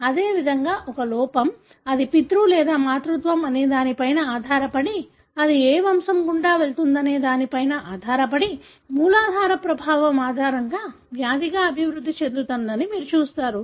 అదేవిధంగా ఒక లోపం అది పితృ లేదా మాతృత్వం అనేదానిపై ఆధారపడి అది ఏ వంశం గుండా వెళుతుందనే దానిపై ఆధారపడి మూలాధార ప్రభావం ఆధారంగా వ్యాధిగా అభివృద్ధి చెందుతుందని మీరు చూస్తారు